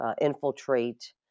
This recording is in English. infiltrate